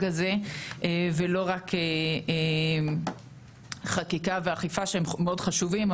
הזה ולא רק חקיקה ואכיפה שהם מאוד חשובים,